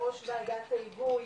בראש וועדת ההיגוי